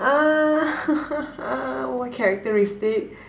uh what characteristic